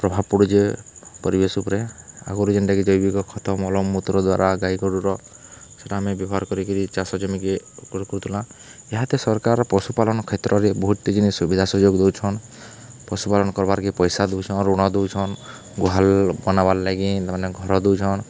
ପ୍ରଭାବ ପଡ଼ୁଛେ ପରିବେଶ ଉପ୍ରେ ଆଗ୍ରୁ ଯେନ୍ଟାକି ଜୈବିକ ଖତ ମଳମୂତ୍ର ଦ୍ୱାରା ଗାଈ ଗୋରୁର ସେଟା ଆମେ ବ୍ୟବହାର୍ କରିକି ଚାଷ ଜମିକି କରୁଥିଲା ତ ସରକାର ପଶୁପାଳନ କ୍ଷେତ୍ରରେ ବହୁତ୍ ଜିନିଷ୍ ସୁବିଧା ସୁଯୋଗ୍ ଦେଉଛନ୍ ପଶୁପାଳନ୍ କର୍ବାର୍କେ ପଇସା ଦେଉଛନ୍ ଋଣ ଦେଉଛନ୍ ଗୁହାଲ୍ ବନାବାର୍ ଲାଗି ମାନେ ଘର୍ ଦେଉଛନ୍